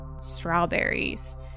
strawberries